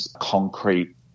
concrete